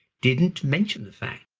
didn't mention the fact.